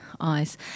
eyes